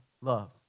love